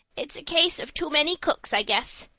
it's a case of too many cooks, i guess,